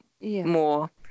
more